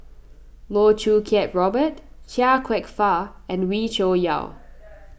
Loh Choo Kiat Robert Chia Kwek Fah and Wee Cho Yaw